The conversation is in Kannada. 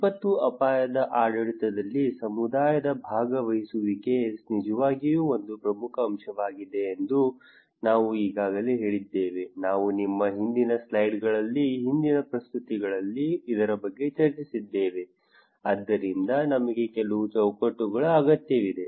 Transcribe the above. ವಿಪತ್ತು ಅಪಾಯದ ಆಡಳಿತದಲ್ಲಿ ಸಮುದಾಯದ ಭಾಗವಹಿಸುವಿಕೆ ನಿಜವಾಗಿಯೂ ಒಂದು ಪ್ರಮುಖ ಅಂಶವಾಗಿದೆ ಎಂದು ನಾವು ಈಗಾಗಲೇ ಹೇಳಿದ್ದೇವೆ ನಾವು ನಮ್ಮ ಹಿಂದಿನ ಸ್ಲೈಡ್ಗಳಲ್ಲಿ ಹಿಂದಿನ ಪ್ರಸ್ತುತಿಗಳಲ್ಲಿ ಇದರ ಬಗ್ಗೆ ಚರ್ಚಿಸಿದ್ದೇವೆ ಆದ್ದರಿಂದ ನಮಗೆ ಕೆಲವು ಚೌಕಟ್ಟುಗಳ ಅಗತ್ಯವಿದೆ